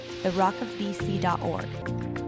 therockofbc.org